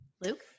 Luke